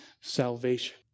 salvation